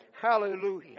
Hallelujah